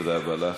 תודה רבה לך.